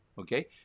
Okay